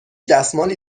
دستمالی